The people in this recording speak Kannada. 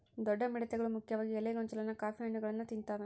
ದೊಡ್ಡ ಮಿಡತೆಗಳು ಮುಖ್ಯವಾಗಿ ಎಲೆ ಗೊಂಚಲನ್ನ ಕಾಫಿ ಹಣ್ಣುಗಳನ್ನ ತಿಂತಾವೆ